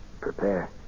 Prepare